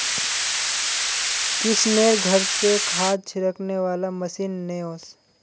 किशनेर घर स खाद छिड़कने वाला मशीन ने वोस